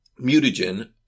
Mutagen